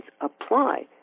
apply